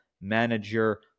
manager